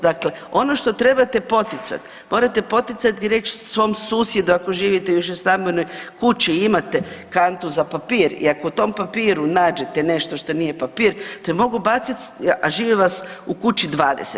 Dakle, ono što trebate poticati, morate poticati i reći svom susjedu, ako živite u višestambenoj kući, imate kantu za papir i ako u tom papiru nađete nešto što nije papir, to je mogao baciti, a živi vas u kući 20.